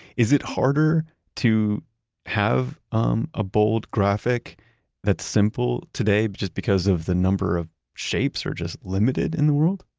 is it harder to have um a bold graphic that's simple today but just because of the number of shapes are just limited in the world?